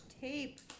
tape